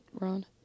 Ron